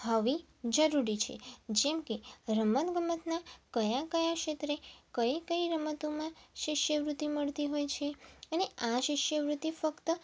હવે જરૂરી છે જેમ કે રમત ગમતના કયા કયા ક્ષેત્રે કઈ કઈ રમતોમાં શિષ્યવૃત્તિ મળતી હોય છે અને આ શિષ્યવૃત્તિ ફક્ત